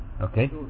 Okay